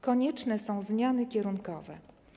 Konieczne są zmiany kierunkowe.